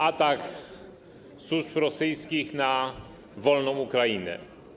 Atak służb rosyjskich na wolną Ukrainę.